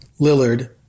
Lillard